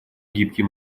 гибкий